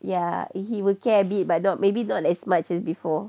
ya he will care a bit but maybe not as much as before